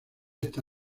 está